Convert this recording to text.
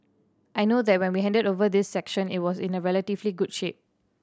I know that when we handed over this section it was in relatively good shape